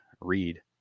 read